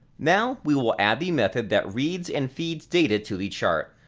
now we will add the method that reads and feeds data to the chart.